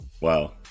Wow